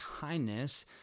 kindness